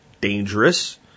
dangerous